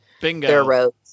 bingo